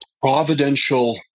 providential